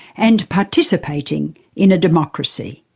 and participating in a democracy.